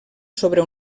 sobre